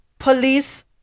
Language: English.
police